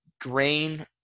grain